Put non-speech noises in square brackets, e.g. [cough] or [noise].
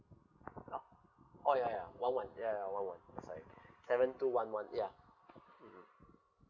ah oh ya ya one one ya ya one one sorry [breath] seven two one one ya mmhmm